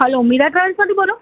hello Meera ટ્રાવેલમાંથી બોલો